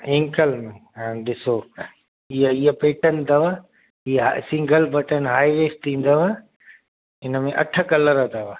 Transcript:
ankle हा ॾिसो हीअ हीअ पेटर्न अथव इहा सिंगल बटन हायवेस्ट ईंदव इनमें अठ कलर अथव